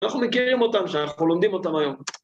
אנחנו מכירים אותם, שאנחנו לומדים אותם היום.